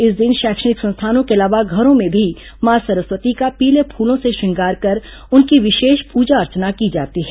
इस दिन शैक्षणिक संस्थानों के अलावा घरों में भी मां सरस्वती का पीले फूलों से श्रंगार कर उनकी विशेष पुजा अर्चना की जाती है